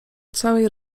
całej